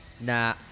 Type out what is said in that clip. nah